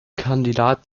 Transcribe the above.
kandidat